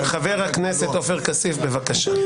חבר הכנסת עופר כסיף, בבקשה.